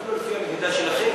אפילו לפי המדידה שלכם,